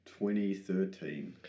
2013